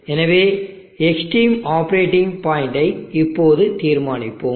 எனவே extreme operating பாயிண்ட்டை இப்போது தீர்மானிப்போம்